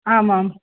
आमां